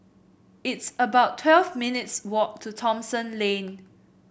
it's about twelve minutes' walk to Thomson Lane